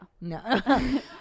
No